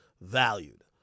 valued